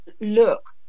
look